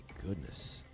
goodness